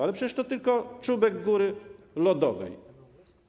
Ale przecież to tylko czubek góry lodowej.